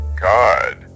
God